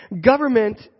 Government